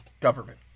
government